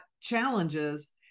challenges